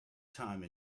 time